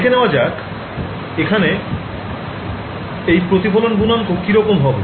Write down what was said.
দেখে নেওয়া যাক এখানে এই প্রতিফলন গুনাঙ্ক কিরকম হবে